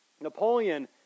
Napoleon